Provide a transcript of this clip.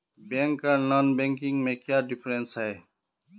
Bank आर non banking में क्याँ डिफरेंस है?